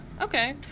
okay